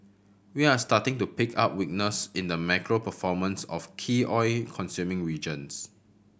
we are starting to pick up weakness in the macro performance of key oil consuming regions